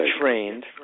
trained